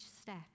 step